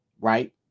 right